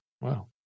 Wow